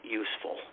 useful